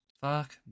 Fuck